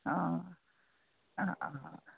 অঁ অঁ অঁ